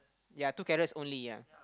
yea two carrots only yea